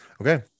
Okay